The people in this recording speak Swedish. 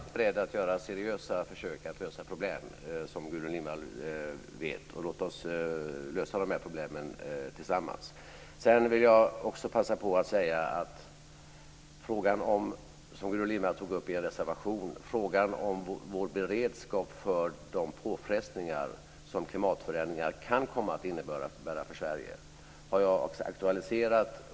Fru talman! Jag är alltid beredd att göra seriösa försök att lösa problem, som Gudrun Lindvall vet. Låt oss lösa de här problemen tillsammans. Sedan vill jag också passa på att säga att frågan om vår beredskap för de påfrestningar som klimatförändringar kan komma att innebära för Sverige, som Gudrun Lindvall tog upp i en reservation, har jag aktualiserat.